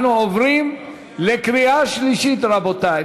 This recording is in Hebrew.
אנחנו עוברים לקריאה שלישית, רבותי.